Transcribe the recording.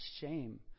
shame